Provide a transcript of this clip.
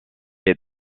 est